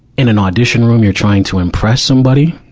in an audition room, you're trying to impress somebody.